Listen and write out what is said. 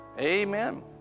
Amen